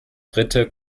dritte